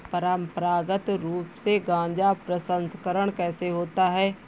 परंपरागत रूप से गाजा प्रसंस्करण कैसे होता है?